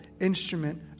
instrument